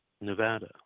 nevada